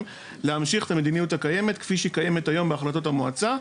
להמשיך את המדיניות הקיימת כפי שהיא קיימת היום בהחלטות המועצה.